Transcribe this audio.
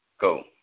Go